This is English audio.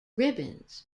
ribbons